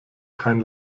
kein